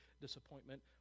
disappointment